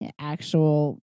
actual